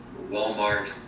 Walmart